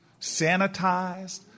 sanitized